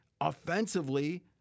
offensively